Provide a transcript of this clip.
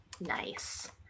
Nice